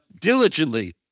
diligently